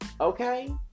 Okay